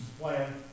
plan